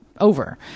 over